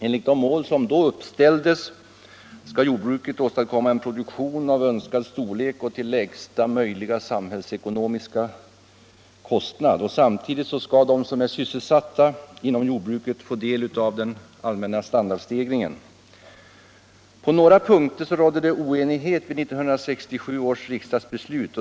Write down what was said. Enligt de mål som då uppställdes skall jordbruket åstadkomma en produktion av önskad storlek till lägsta möjliga samhällsekonomiska kostnad. Samtidigt skall de som är sysselsatta inom jordbruket få del av den allmänna standardstegringen. På några punkter rådde oenighet vid 1967 års riksdagsbeslut.